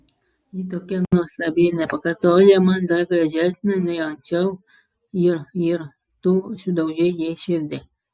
ji tokia nuostabi nepakartojama dar gražesnė nei anksčiau ir ir tu sudaužei jai širdį